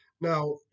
Now